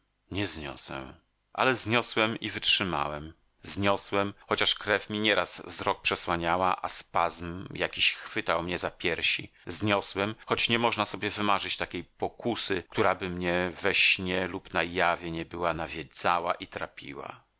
nie zniosę ale zniosłem i wytrzymałem zniosłem chociaż krew mi nieraz wzrok przesłaniała a spazm jakiś chwytał mnie za piersi zniosłem choć nie można sobie wymarzyć takiej pokusy któraby mnie we śnie lub na jawie nie była nawiedzała i trapiła